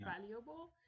valuable